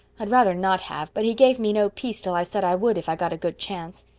i'd rather not have, but he gave me no peace till i said i would, if i got a good chance.